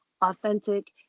authentic